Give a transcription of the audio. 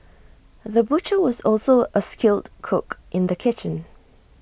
the butcher was also A skilled cook in the kitchen